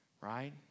right